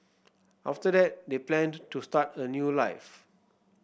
after that they planned to start a new life